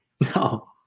No